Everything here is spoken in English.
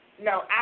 No